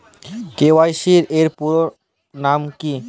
KYC এর পুরোনাম কী?